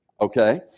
Okay